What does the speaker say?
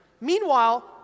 Meanwhile